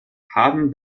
haben